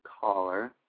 caller